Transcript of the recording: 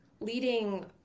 leading